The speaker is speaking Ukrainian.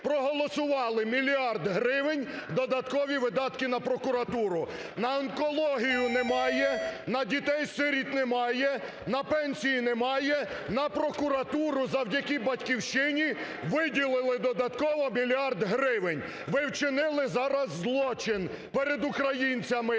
проголосували 1 мільярд гривень додаткові видатки на прокуратуру. На онкологію немає, на дітей-сиріт немає, на пенсії немає – на прокуратуру завдяки "Батьківщині" виділили додатково 1 мільярд гривень. Ви вчинили зараз злочин перед українцями,